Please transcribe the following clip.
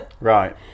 Right